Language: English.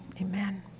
amen